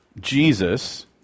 Jesus